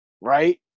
Right